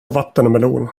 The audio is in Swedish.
vattenmelon